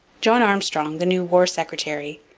john armstrong, the new war secretary,